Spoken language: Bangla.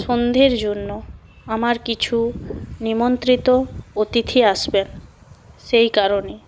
সন্ধের জন্য আমার কিছু নিমন্ত্রিত অতিথি আসবে সেই কারণে